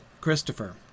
Christopher